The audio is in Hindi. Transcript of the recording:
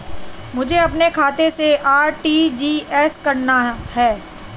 मुझे अपने खाते से आर.टी.जी.एस करना?